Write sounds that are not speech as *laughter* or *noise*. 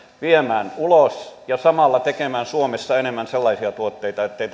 viemään ulos ja samalla pystyttäisiin tekemään suomessa enemmän sellaisia tuotteita ettei *unintelligible*